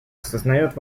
осознает